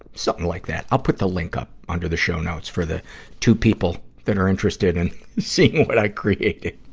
something like that. i'll put the link up under the show notes for the two people that are interested in seeing what i created.